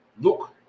look